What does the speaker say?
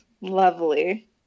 lovely